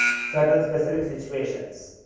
certain specific situations,